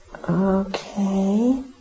Okay